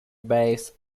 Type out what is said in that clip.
based